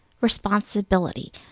responsibility